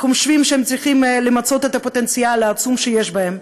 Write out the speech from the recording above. הם חושבים שהם צריכים למצות את הפוטנציאל העצום שיש בהם.